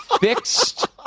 fixed